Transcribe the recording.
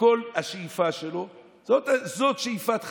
שכל השאיפה שלו, זו שאיפת חייו,